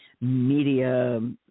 media